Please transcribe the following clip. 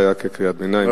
זה היה כקריאת ביניים.